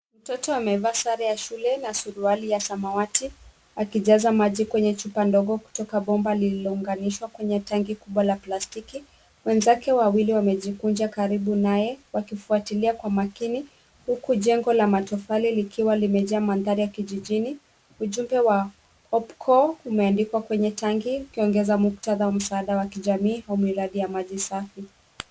Mtoto amevaa sare ya shule na suruali ya samawati akijaza maji kwenye chupa ndogo kutoka bomba lililounganishwa kwenye tanki kubwa la plastiki. Wenzake wawili wamejikunja karibu naye, wakifuatilia kwa makini, huku jengo la matofali likiwa limejaa mandhari ya kijijini. Ujumbe wa OPCO umeandikwa kwenye tanki, ukiongeza muktadha wa msaada wa kijami au miradi ya maji safi.